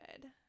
good